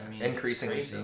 Increasingly